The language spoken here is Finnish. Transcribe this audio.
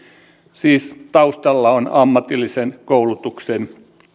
siis taustalla ovat ammatillisen koulutuksen